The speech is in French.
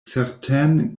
certaines